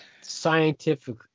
scientific